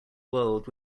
world